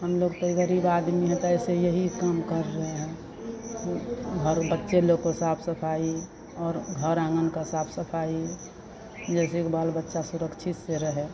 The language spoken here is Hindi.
हम लोग तो इ गरीब आदमी हैं कैसे यही काम कर रहे हैं तो घर बच्चे लोग को साफ सफाई और घर आँगन का साफ सफाई जैसे कि बाल बच्चा सुरक्षित से रहे